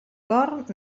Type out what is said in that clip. cor